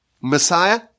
Messiah